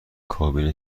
کابین